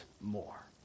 more